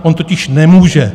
On totiž nemůže.